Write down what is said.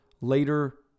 later